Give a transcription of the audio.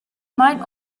might